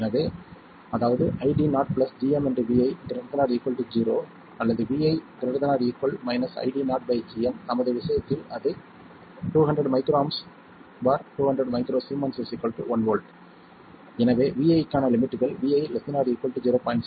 எனவே அதாவது ID0 gmvi ≥ 0 அல்லது vi ≥ ID0 gm நமது விஷயத்தில் அது 200 µA 200 µS 1 V எனவே vi க்கான லிமிட்கள் vi ≤ 0